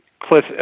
Cliff